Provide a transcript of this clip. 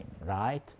right